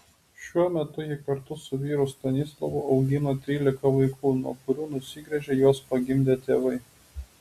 šiuo metu ji kartu su vyru stanislovu augina trylika vaikų nuo kurių nusigręžė juos pagimdę tėvai